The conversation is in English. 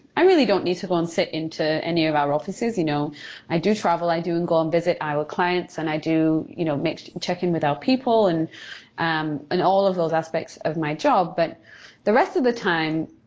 i really don't need to go and sit into any of our offices. you know i do travel. i do go and visit our clients, and i do you know check in with our people and um and all of those aspects of my job. but the rest of the time,